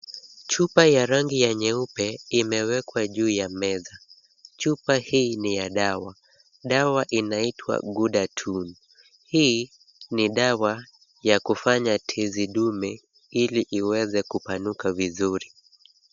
Chupa ya rangi ya nyeupe imewekwa juu ya meza, chupa hii ni ya dawa, dawa inaitwa Ghudatun. Hii ni dawa ya kufanya tizi dume ili iweze kupanuka vizuri.